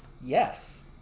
Yes